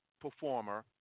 performer